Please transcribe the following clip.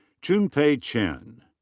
chun-pei chen.